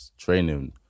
training